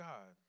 God